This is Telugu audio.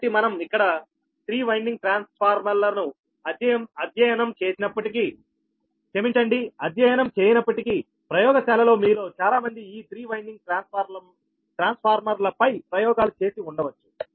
కాబట్టి మనం ఇక్కడ 3 వైండింగ్ ట్రాన్స్ఫార్మర్లను అధ్యయనం చేయనప్పటికీ ప్రయోగశాలలో మీలో చాలామంది ఈ 3 వైండింగ్ ట్రాన్స్ఫార్మర్లపై ప్రయోగాలు చేసి ఉండవచ్చు